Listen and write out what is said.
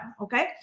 Okay